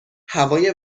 هوای